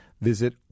visit